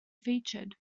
featured